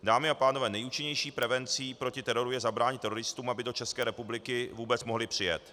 Dámy a pánové, nejúčinnější prevencí proti teroru je zabránit teroristům, aby do České republiky vůbec mohli přijet.